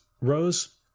rose